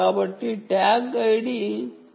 కాబట్టి tag ID 020B